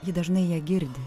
ji dažnai ją girdi